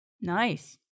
Nice